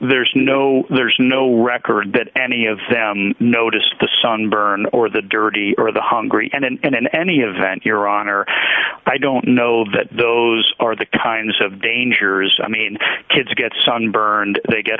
there's no there's no record that any of them noticed the sunburn or the dirty or the hungry and in any event iran or i don't know that those are the kinds of dangers i mean kids get sunburned they get